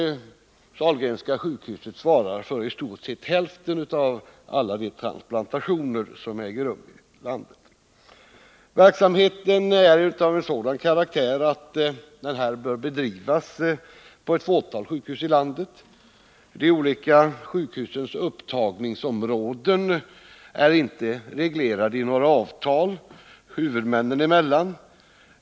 Sahlgrenska sjukhuset svarar för i stort sett hälften av alla de transplantationer som äger rum i landet. Verksamheten är av sådan karaktär att den bör bedrivas på ett fåtal sjukhus i landet. De olika sjukhusens upptagningsområden är inte reglerade i några avtal huvudmännen emellan.